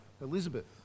Elizabeth